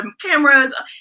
cameras